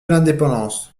l’indépendance